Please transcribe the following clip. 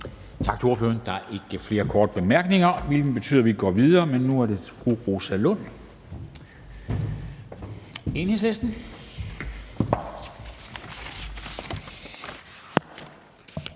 Tak til ordføreren. Der er ikke flere korte bemærkninger. Det betyder, at vi går videre, og nu er det fru Rosa Lund, Enhedslisten.